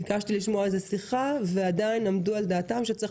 ביקשתי לשמוע שיחה ועדיין עמדו על דעתם שצריך